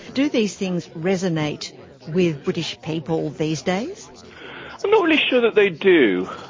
do these things resonate with british people these days? i'm not really sure that they do.